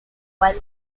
while